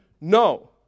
No